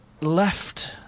left